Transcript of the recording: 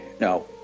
no